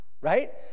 right